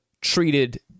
treated